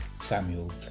Samuel